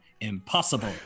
Impossible